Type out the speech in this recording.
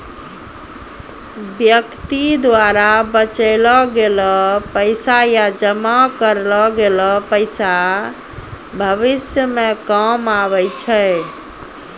व्यक्ति द्वारा बचैलो गेलो पैसा या जमा करलो गेलो पैसा भविष्य मे काम आबै छै